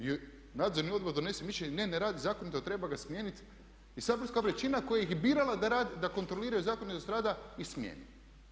I Nadzorni odbor donese mišljenje, ne ne radi zakonito, treba ga smijeniti i saborska većina koja ih je birala da kontroliraju zakonitost rada ih smijeni.